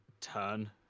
turn